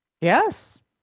Yes